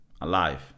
alive